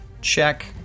check